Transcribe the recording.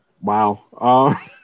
Wow